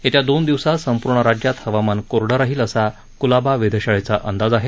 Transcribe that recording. येत्या दोन दिवसात संपूर्ण राज्यात हवामान कोरंड राहील असा कुलाबा वेधशाळेचा अंदाज आहे